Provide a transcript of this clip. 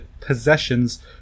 possessions